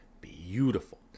beautiful